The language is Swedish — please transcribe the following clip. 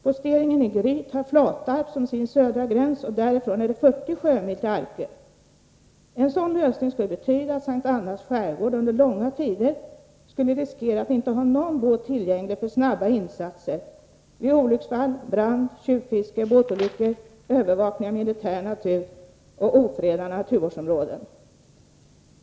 Posteringen i Gryt har Flatarp som sin södra gräns, och därifrån är det 40 sjömil till Arkö. En sådan lösning som det här gäller skulle betyda att S:t Annas skärgård under långa tider skulle riskera att inte ha någon båt tillgänglig för snabba insatser vid olycksfall, tjuvfiske, båtolyckor, övervakning av militär natur och ofredande av naturvårdsområden.